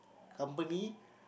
company